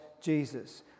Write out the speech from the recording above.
Jesus